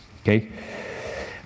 Okay